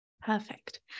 Perfect